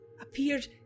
appeared